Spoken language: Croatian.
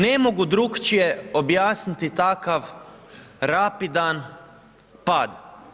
Ne mogu drukčije objasniti takav rapidan pad.